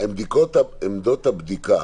עמדות הבדיקה